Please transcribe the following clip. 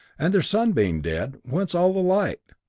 and, their sun being dead, whence all the light?